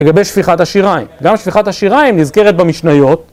לגבי שפיחת השיריים, גם שפיחת השיריים נזכרת במשניות